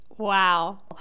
Wow